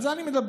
על זה אני מדבר.